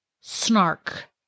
snark